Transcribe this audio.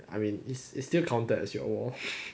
I mean it's it's still counted as your wall